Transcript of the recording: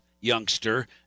youngster